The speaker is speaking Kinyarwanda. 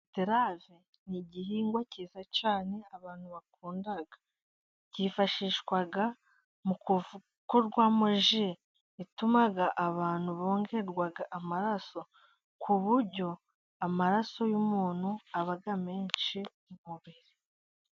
Beterave ni igihingwa kiza cyane abantu bakunda, byifashishwa mu gukorwamo ji ituma abantu bongerwa amaraso ku buryo amaraso y'umuntu aba menshi mu mubiri.